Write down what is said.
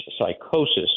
psychosis